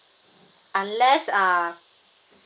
unless uh